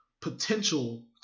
potential